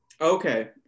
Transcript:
Okay